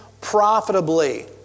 profitably